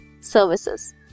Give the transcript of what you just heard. services